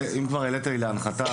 אם כבר העלית לי להנחתה,